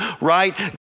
right